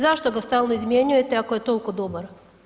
Zašto ga stalno izmjenjujete ako je toliko dobar?